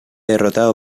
derrotado